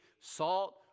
salt